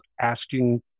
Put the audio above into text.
asking